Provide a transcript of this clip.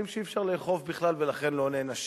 שאי-אפשר לאכוף בכלל ולכן לא נענשים.